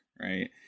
right